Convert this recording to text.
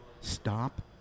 stop